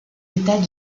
états